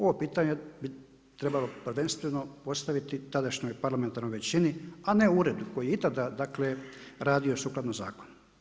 Ovo pitanje bi trebalo prvenstveno postaviti tadašnjoj parlamentarnoj većini a ne uredu koji je i tada dakle radio sukladno zakonu.